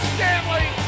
Stanley